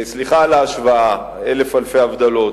סליחה על ההשוואה, אלף אלפי הבדלות.